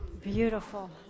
Beautiful